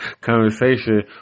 conversation